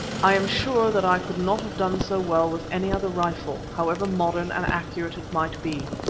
i am sure that i could not have done so well with any other rifle, however modern and accurate it might be.